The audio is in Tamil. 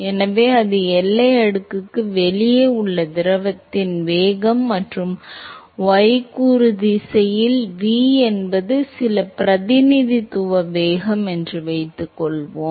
எனவே அது எல்லை அடுக்குக்கு வெளியே உள்ள திரவத்தின் வேகம் மற்றும் y கூறு திசையில் V என்பது சில பிரதிநிதித்துவ வேகம் v என்று வைத்துக்கொள்வோம்